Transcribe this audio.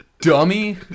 Dummy